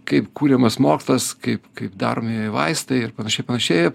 kaip kuriamas mokslas kaip kaip daromi vaistai ir panašiai panašiai